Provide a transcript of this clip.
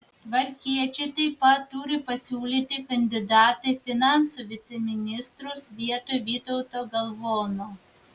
tvarkiečiai taip pat turi pasiūlyti kandidatą į finansų viceministrus vietoj vytauto galvono